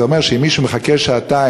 זה אומר שאם מישהו מחכה שעתיים,